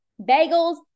Bagels